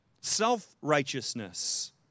Self-righteousness